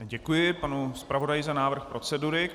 Děkuji panu zpravodaji za návrh procedury.